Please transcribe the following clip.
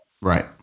right